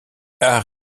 rnb